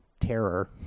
terror